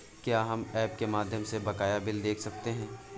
क्या हम ऐप के माध्यम से बकाया बिल देख सकते हैं?